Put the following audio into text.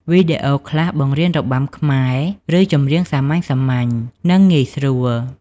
វីដេអូខ្លះបង្រៀនរបាំខ្មែរ ឬចម្រៀងសាមញ្ញៗ និង ងាយស្រួល។